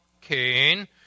Cain